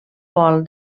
vol